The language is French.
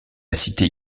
cité